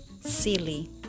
silly